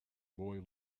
boy